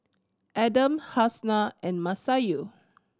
Adam Hafsa and Masayu